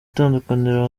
tandukaniro